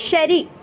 ശരി